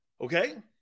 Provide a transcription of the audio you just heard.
Okay